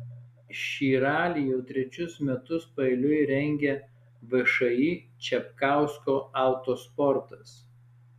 šį ralį jau trečius metus paeiliui rengia všį čapkausko autosportas